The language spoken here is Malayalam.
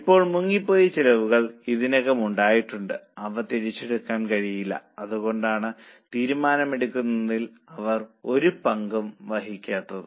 ഇപ്പോൾ മുങ്ങിപ്പോയ ചിലവുകൾ ഇതിനകം ഉണ്ടായിട്ടുണ്ട് അവ തിരിച്ചെടുക്കാൻ കഴിയില്ല അതുകൊണ്ടാണ് തീരുമാനമെടുക്കുന്നതിൽ അവർ ഒരു പങ്കും വഹിക്കാത്തത്